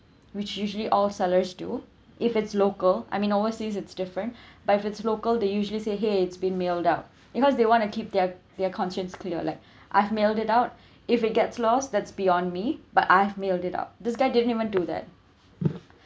which usually all sellers do if it's local I mean overseas it's different but if it's local they usually say !hey! it's been mailed out because they want to keep their their conscience clear like I have mailed it out if it gets lost that's beyond me but I have mailed it out this guy didn't even do that